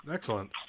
Excellent